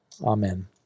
Amen